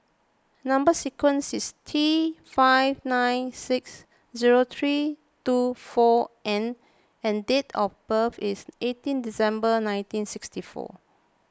Number Sequence is T five nine six zero three two four N and date of birth is eighteen December nineteen sixty four